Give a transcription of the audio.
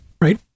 right